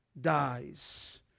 dies